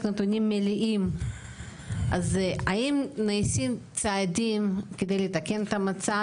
נתונים מלאים האם נעשים צעדים כדי לתקן את המצב?